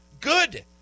good